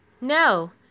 No